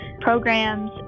programs